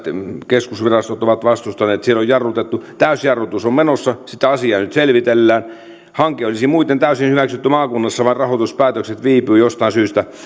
keskusvirastot ovat vastustaneet siellä on jarrutettu täysjarrutus on menossa ja sitä asiaa nyt selvitellään hanke olisi muuten täysin hyväksytty maakunnassa vain rahoituspäätökset viipyvät jostain syystä